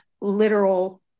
literal